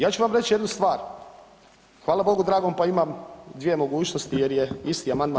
Ja ću vam reći jednu stvar, hvala bogu dragom pa imam dvije mogućnosti jer je isti amandman.